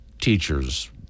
teachers